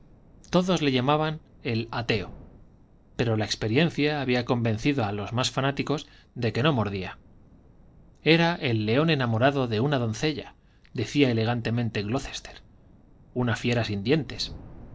todos le llamaban el ateo pero la experiencia había convencido a los más fanáticos de que no mordía era el león enamorado de una doncella decía elegantemente glocester una fiera sin dientes